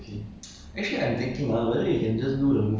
actually is a sport is a ya